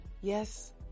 Yes